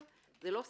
זה לא שריפות.